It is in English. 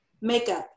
makeup